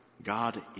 God